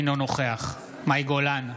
אינו נוכח מאי גולן,